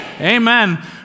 Amen